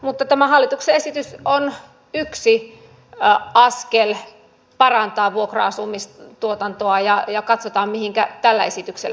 mutta tämä hallituksen esitys on yksi askel parantaa vuokra asumistuotantoa ja katsotaan mihinkä tällä esityksellä päästään